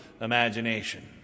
imagination